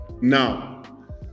Now